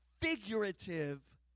figurative